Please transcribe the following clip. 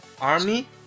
army